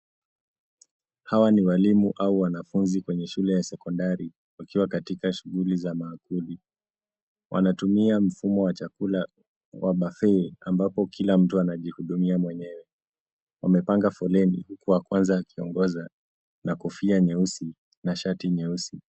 Hawa ni walimu au wanafunzi kwenye shule ya sekondari wakiwa katika shughuli za maakuli. Wanatumia mfumo wa chakula wa buffey ambapo kila mtu anajihudumia mwenyewe. Wamepanga foleni huku wa kwanza akiongoza na kofia nyeusi na shati nyeusi.